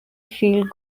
field